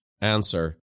answer